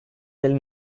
del